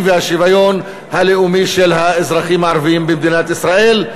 והשוויון הלאומי של האזרחים הערבים במדינת ישראל.